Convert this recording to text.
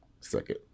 Second